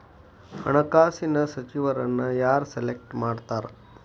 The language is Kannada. ಹಣಕಾಸಿನ ಸಚಿವರನ್ನ ಯಾರ್ ಸೆಲೆಕ್ಟ್ ಮಾಡ್ತಾರಾ